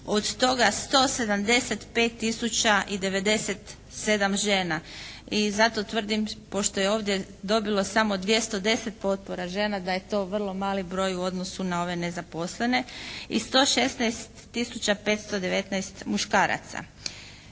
Od toga 175 tisuća i 97 žena. I zato tvrdim, pošto je ovdje dobilo samo 210 potpora žena da je to vrlo mali broj u odnosu na ove nezaposlene. I 116 tisuća 519 muškaraca.